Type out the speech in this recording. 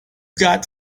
got